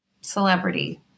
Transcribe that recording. celebrity